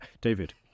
David